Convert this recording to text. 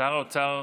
שר האוצר,